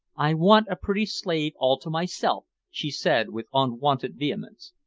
i want a pretty slave all to myself, she said, with unwonted vehemence.